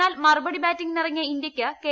എന്നാൽ മറുപടി ബാറ്റിംഗിനിറങ്ങിയ ഇന്ത്യയ്ക്ക് കെ